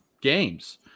games